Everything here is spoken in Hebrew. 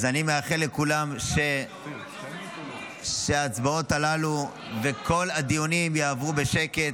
אז אני מאחל לכולם שההצבעות הללו וכל הדיונים יעברו בשקט.